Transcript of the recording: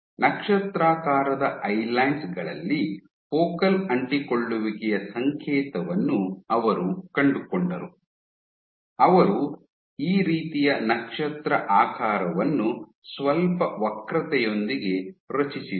ನಕ್ಷತ್ರಾಕಾರದ island ಗಳಲ್ಲಿ focal ಅಂಟಿಕೊಳ್ಳುವಿಕೆಯ ಸಂಕೇತವನ್ನು ಅವರು ಕಂಡುಕೊಂಡರು ಅವರು ಈ ರೀತಿಯ ನಕ್ಷತ್ರ ಆಕಾರವನ್ನು ಸ್ವಲ್ಪ ವಕ್ರತೆಯೊಂದಿಗೆ ರಚಿಸಿದರು